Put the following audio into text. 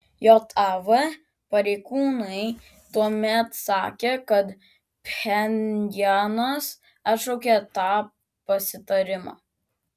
jav pareigūnai tuomet sakė kad pchenjanas atšaukė tą pasitarimą